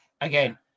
Again